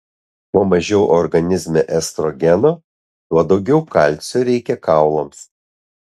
kuo mažiau organizme estrogeno tuo daugiau kalcio reikia kaulams